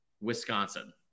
Wisconsin